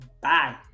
Bye